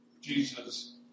Jesus